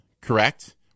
correct